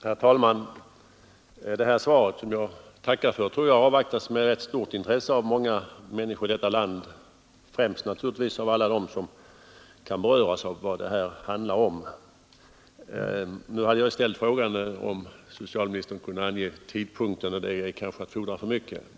Herr talman! Det här svaret, som jag tackar för, tror jag avvaktats med rätt stort intresse av många människor i detta land, främst naturligtvis av alla dem som kan beröras av det som det här handlar om. Nu hade jag ju ställt frågan om socialministern kunde ange tidpunkten i detta sammanhang, och det är kanske att fordra för mycket.